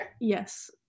Yes